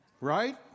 Right